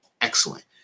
excellent